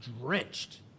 drenched